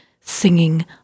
singing